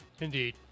Indeed